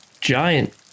giant